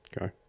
Okay